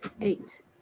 eight